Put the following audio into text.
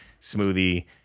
smoothie